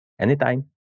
Anytime